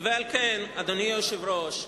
על כן, אדוני היושב-ראש,